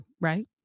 Right